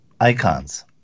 Icons